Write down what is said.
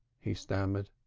he stammered.